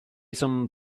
some